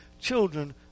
children